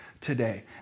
today